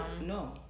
no